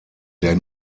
der